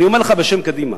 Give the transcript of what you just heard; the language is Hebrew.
אני אומר לך בשם קדימה: